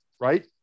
right